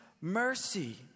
mercy